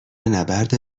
نبرد